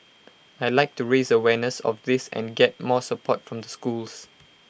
I'd like to raise awareness of this and get more support from the schools